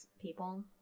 people